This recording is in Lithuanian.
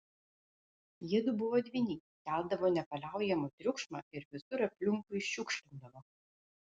jiedu buvo dvyniai keldavo nepaliaujamą triukšmą ir visur aplinkui šiukšlindavo